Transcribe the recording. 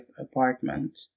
apartment